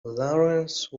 lawrence